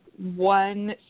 one